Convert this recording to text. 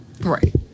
Right